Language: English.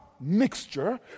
mixture